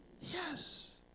Yes